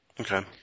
Okay